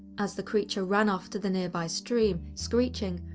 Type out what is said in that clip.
as the creature ran off to the nearby stream, screeching,